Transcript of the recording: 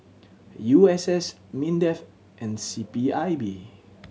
U S S MINDEF and C P I B